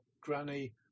granny